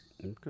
okay